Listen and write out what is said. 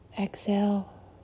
Exhale